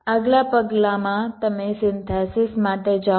આગલા પગલાંમાં તમે સિન્થેસિસ માટે જાઓ